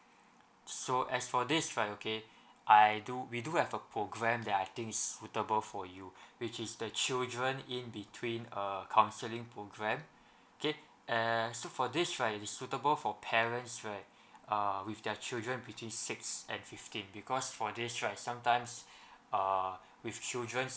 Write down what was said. so as for this right okay I do we do have a program that I think is suitable for you which is the children in between err counselling program okay and so for this right is suitable for parents with their children between six and fifteen because for this right sometimes err with children